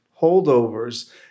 holdovers